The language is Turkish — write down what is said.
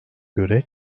göre